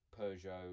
Peugeot